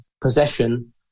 possession